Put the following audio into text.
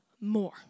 more